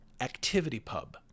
ActivityPub